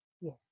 yes